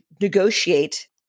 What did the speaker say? negotiate